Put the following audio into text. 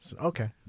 Okay